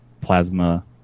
plasma